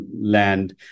land